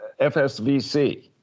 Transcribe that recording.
FSVC